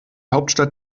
hauptstadt